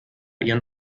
ihren